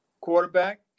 quarterback